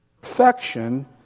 Perfection